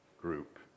group